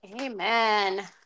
Amen